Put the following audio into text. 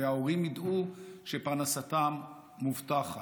וההורים ידעו שפרנסתם מובטחת.